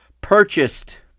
purchased